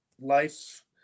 life